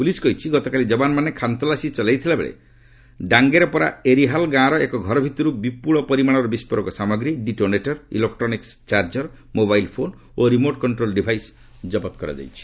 police କହିଛି ଗତକାଲି ଯବାନ୍ମାନେ ଖାନ୍ତଲାସୀ ଚଳାଇଥିବାବେଳେ ଡାଙ୍ଗେରପୋରା ଏରିହାଲ୍ ଗାଁର ଏକ ଘର ଭିତରୁ ବିପୁଳ ପରିମାଣର ବିସ୍କୋରକ ସାମଗ୍ରୀ detonator electric charger mobile phone ଓ ରିମୋଟ୍ କଷ୍ଟ୍ରୋଲ୍ ଡିଭାଇସ୍ ଜବତ କରାଯାଇଛି